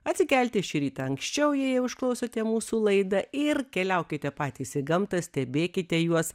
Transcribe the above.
atsikelti šį rytą anksčiau jei jau išklausote mūsų laidą ir keliaukite patys į gamtą stebėkite juos